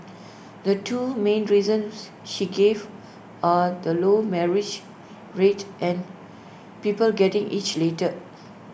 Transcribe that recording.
the two main reasons she gave are the low marriage rate and people getting hitched later